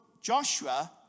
Joshua